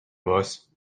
boss